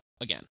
Again